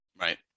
Right